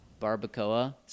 barbacoa